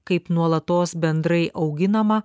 kaip nuolatos bendrai auginamą